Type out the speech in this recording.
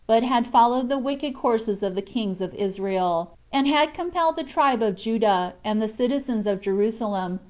but had followed the wicked courses of the kings of israel and had compelled the tribe of judah, and the citizens of jerusalem,